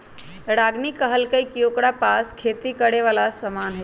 रागिनी कहलकई कि ओकरा पास खेती करे वाला समान हई